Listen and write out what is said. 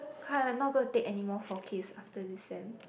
!huh! I'm not going to take anymore four Ks after this sem